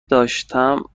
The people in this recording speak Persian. داشتم